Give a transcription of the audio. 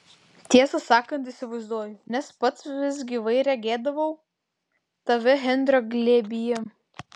tiesą sakant įsivaizduoju nes pats vis gyvai regėdavau tave henrio glėbyje